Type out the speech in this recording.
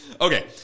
Okay